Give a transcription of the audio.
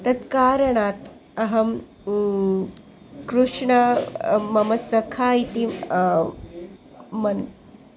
तत्कारणात् अहं कृष्णं मम सखा इति मन्